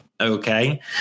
okay